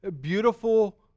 beautiful